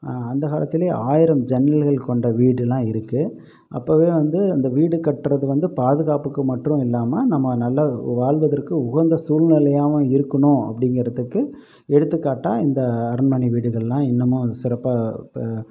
அந்த காலத்துலேயே ஆயிரம் ஜன்னல்கள் கொண்ட வீடுலாம் இருக்குது அப்போவே வந்து அந்த வீடு கட்டுறது வந்து பாதுகாப்புக்கு மற்றும் இல்லாமல் நம்ம நல்லா வாழ்வதற்கு உகந்த சூழ்நிலையாகவும் இருக்கணும் அப்படிங்கிறதுக்கு எடுத்துக்காட்டாக இந்த அரண்மனை வீடுகளெலாம் இன்னுமும் சிறப்பாக இப்போ